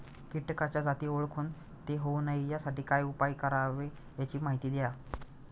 किटकाच्या जाती ओळखून ते होऊ नये यासाठी काय उपाय करावे याची माहिती द्या